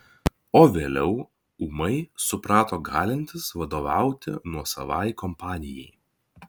o vėliau ūmai suprato galintis vadovauti nuosavai kompanijai